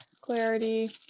clarity